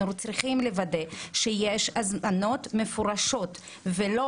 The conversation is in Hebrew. אנחנו צריכים לוודא שיש הזמנות מפורשות ולא